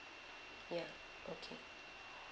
yeah okay